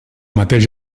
mateix